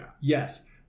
Yes